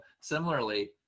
similarly